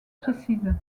précises